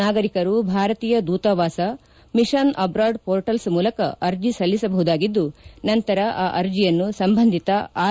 ನಾಗಂಕರು ಭಾರತೀಯ ದೂತಾವಾಸಮಿಷನ್ abroad portals ಮೂಲಕ ಅರ್ಜಿ ಸಲ್ಲಿಸಬಹುದಾಗಿದ್ದು ನಂತರ ಆ ಅರ್ಜಿಯನ್ನು ಸಂಬಂಧಿತ ಆರ್